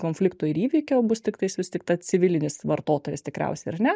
konfliktų ir įvykio bus tiktais vis tik ta civilinis vartotojas tikriausiai ar ne